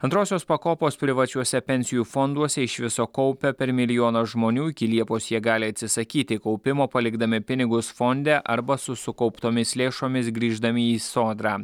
antrosios pakopos privačiuose pensijų fonduose iš viso kaupia per milijoną žmonių iki liepos jie gali atsisakyti kaupimo palikdami pinigus fonde arba su sukauptomis lėšomis grįždami į sodrą